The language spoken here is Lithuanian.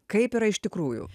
kaip yra iš tikrųjų